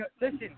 listen